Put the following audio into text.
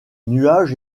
nuages